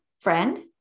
friend